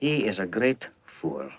he is a great fo